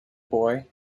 boy